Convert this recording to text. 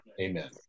Amen